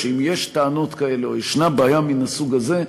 שאם יש טענות כאלה או ישנה בעיה מן הסוג הזה,